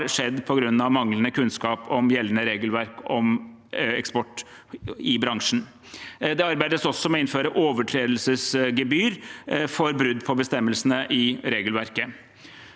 skjedd på grunn av manglende kunnskap om gjeldende regelverk om eksport i bransjen. Det arbeides også med å innføre overtredelsesgebyr for brudd på bestemmelsene i regelverket.